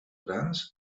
grans